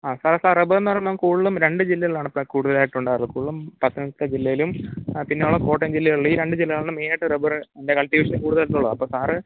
ആ പറ സാറെ റബ്ബർ എന്ന് പറയുമ്പോൾ കൂടുതലും രണ്ട് ജില്ലകളിലാണ് സാറെ കൂടുതലാതായിട്ട് ഉണ്ടാകാറ് കൂടുതലും പത്തനംതിട്ട ജില്ലയിലും പിന്നെ ഉള്ളത് കോട്ടയം ജില്ലകളിലും ഈ രണ്ട് ജില്ലകളിലും മെയ്നായിട്ട് റബറ് ൻ്റെ കൾട്ടിവേഷൻ കൂടുതലായിട്ട് ഉള്ളത് അപ്പം സാറ്